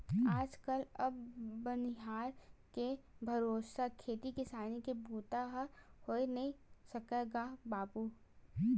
आज कल अब बनिहार के भरोसा खेती किसानी के बूता ह होय नइ सकय गा बाबूय